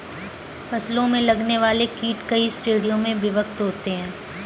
फसलों में लगने वाले कीट कई श्रेणियों में विभक्त होते हैं